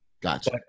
gotcha